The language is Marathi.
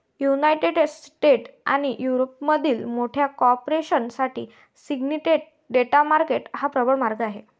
युनायटेड स्टेट्स आणि युरोपमधील मोठ्या कॉर्पोरेशन साठी सिंडिकेट डेट मार्केट हा प्रबळ मार्ग आहे